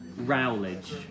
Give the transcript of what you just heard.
Rowledge